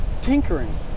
tinkering